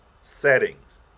settings